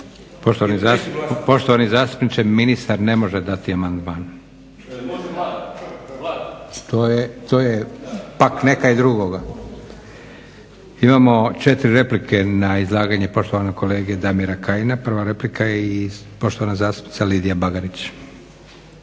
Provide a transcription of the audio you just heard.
Poštovani zastupniče, ministar ne može dati amandman. … /Upadica Kajin: Može Vlada./ … To je pak nekaj drugoga. Imamo četiri replike na izlaganje poštovanog kolege Damira Kajina. Prva replika je poštovana zastupnica Lidija Bagarić.